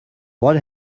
what